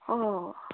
অঁ